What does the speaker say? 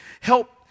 help